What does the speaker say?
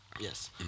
Yes